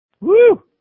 Woo